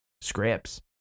scripts